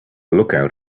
lookout